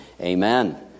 amen